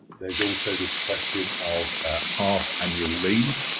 there's also this question of half annual leave.